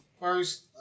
first